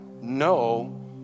no